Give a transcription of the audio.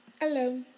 Hello